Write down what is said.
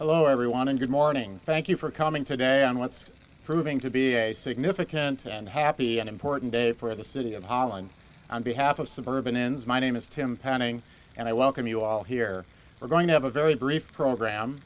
hello everyone and good morning thank you for coming today on what's proving to be a significant and happy and important day for the city of holland on behalf of suburban ends my name is tim parenting and i welcome you all here we're going to have a very brief program